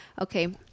okay